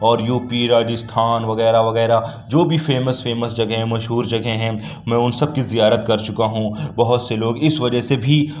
اور U P Rajasthan وغیرہ وغیرہ جو بھی فیمس فیمس جگہ ہیں مشہور جگہ ہیں میں اُن سب كی زیارت كر چُكا ہوں بہت سے لوگ اِس وجہ سے بھی